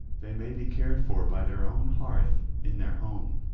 they may be cared for by their own hearth in their home.